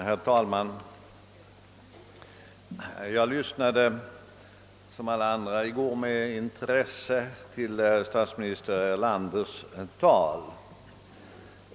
Herr talman! Som alla andra i kammaren lyssnade jag i går med stort intresse till statsminister Erlanders tal.